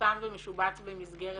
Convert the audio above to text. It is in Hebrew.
מושם ומשובץ במסגרת